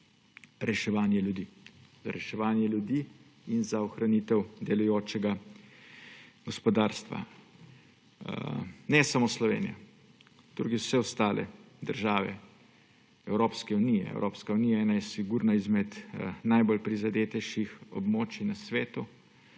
reševanje ljudi in za ohranitev delujočega gospodarstva. Ne samo Slovenija, tudi vse ostale države Evropske unije. Evropska unija je sigurno eno izmed najbolj prizadetih območij na svetu,